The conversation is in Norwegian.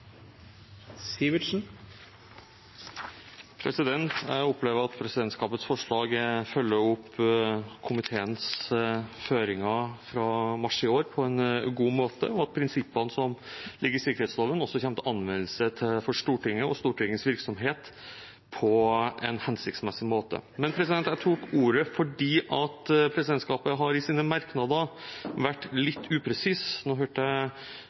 Jeg opplever at presidentskapets forslag følger opp komiteens føringer fra mars i år på en god måte, og at prinsippene som ligger i sikkerhetsloven, også kommer til anvendelse for Stortinget og Stortingets virksomhet på en hensiktsmessig måte. Men jeg tok ordet fordi presidentskapet i sine merknader har vært litt upresis. Nå hørte jeg